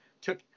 took